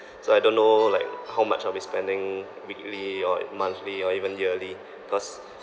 so I don't know like how much I'll be spending weekly or monthly or even yearly cause